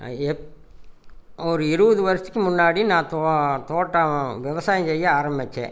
ஒரு இருபது வருஷத்துக்கு முன்னாடி நான் தோட்டம் விவசாயம் செய்ய ஆரம்மிச்சேன்